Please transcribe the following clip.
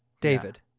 David